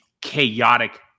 chaotic